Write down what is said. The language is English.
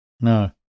No